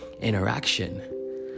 interaction